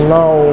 now